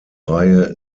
reihe